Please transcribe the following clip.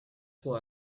why